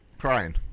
Crying